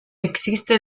existe